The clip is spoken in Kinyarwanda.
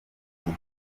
ati